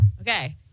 Okay